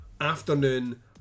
afternoon